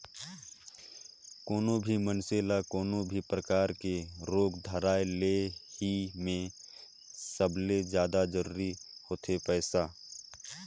कोनो भी मइनसे ल कोनो भी परकार के रोग के धराए ले हे में सबले जादा जरूरी होथे पइसा